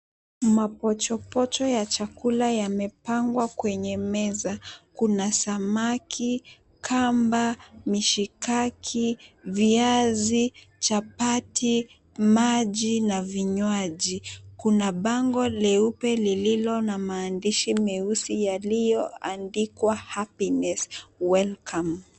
Mapochopocho ya chakula yamepangwa kwenye meza. Kuna samaki, kamba, mishikaki, viazi, chapati, maji na vinywaji. Kuna bango leupe lililo na maandishi meusi yaliyoandikwa, "Happiness Welcome" .